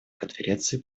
конференции